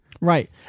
Right